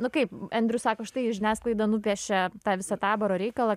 nu kaip andrew sako štai žiniasklaida nupiešė tą visą taboro reikalą